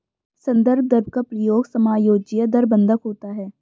संदर्भ दर का प्रयोग समायोज्य दर बंधक होता है